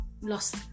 lost